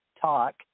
talk